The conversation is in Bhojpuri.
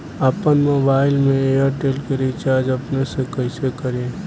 आपन मोबाइल में एयरटेल के रिचार्ज अपने से कइसे करि?